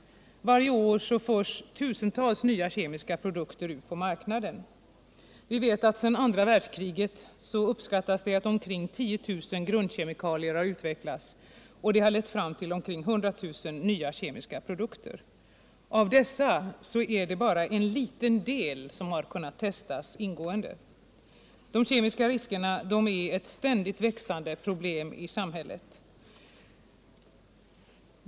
Varje år förs tusentals nya kemiska produkter ut på marknaden. Efter andra världskriget har uppskattningsvis omkring 10 000 grundkemikalier utvecklats. Det har lett fram till omkring 100 000 nya kemiska produkter. Av dessa är det bara en liten del som har kunnat testas ingående. De kemiska riskerna är ett ständigt växande problem i samhället.